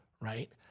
Right